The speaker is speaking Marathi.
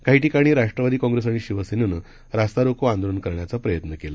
काही ठिकाणी राष्ट्रवादी कँग्रेस आणि शिवसेनेनं रास्ता रोको आंदोलन करण्याचा प्रयत्न केला